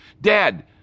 Dad